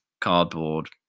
cardboard